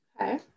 Okay